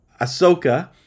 Ahsoka